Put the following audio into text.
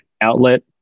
outlet